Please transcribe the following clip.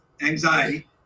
anxiety